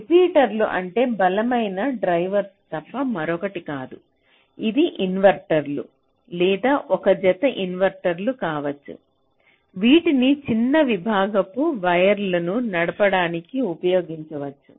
రిపీటర్లు అంటే బలమైన డ్రైవర్లు తప్ప మరొకటి కాదు ఇది ఇన్వర్టర్లు లేదా ఒక జత ఇన్వర్టర్లు కావచ్చు వీటిని చిన్న విభాగపు వైర్లను నడపడానికి ఉపయోగించవచ్చు